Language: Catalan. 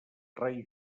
rei